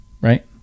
right